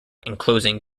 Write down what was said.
enclosing